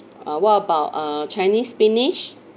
uh what about uh chinese spinach